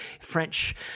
French